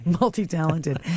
multi-talented